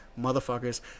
motherfuckers